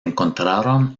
encontraron